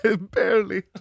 Barely